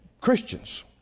Christians